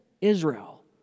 Israel